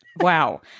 wow